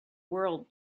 world